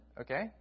Okay